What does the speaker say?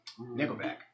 Nickelback